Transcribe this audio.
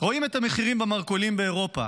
רואים את המחירים במרכולים באירופה